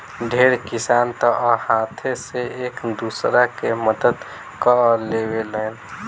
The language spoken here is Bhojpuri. ढेर किसान तअ हाथे से एक दूसरा के मदद कअ लेवेलेन